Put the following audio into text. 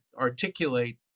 articulate